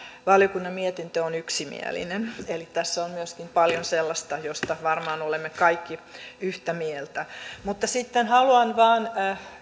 valiokunnan mietintö on yksimielinen eli tässä on myöskin paljon sellaista mistä varmaan olemme kaikki yhtä mieltä sitten haluan vain